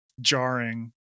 jarring